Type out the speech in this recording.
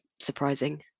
surprising